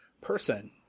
person